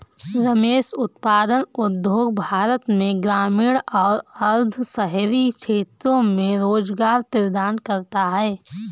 रेशम उत्पादन उद्योग भारत में ग्रामीण और अर्ध शहरी क्षेत्रों में रोजगार प्रदान करता है